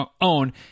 own